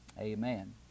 Amen